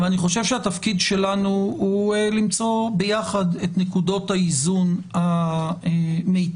התפקיד שלנו הוא למצוא ביחד את נקודות האיזון המיטביות.